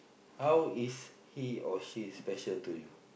how is he or she special to you